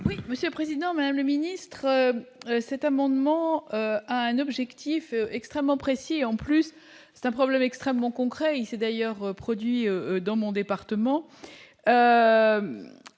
Monsieur Président, même le ministre cet amendement à un objectif extrêmement précis et en plus c'est un problème extrêmement concret, il s'est d'ailleurs produit dans mon département